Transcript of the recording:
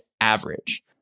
average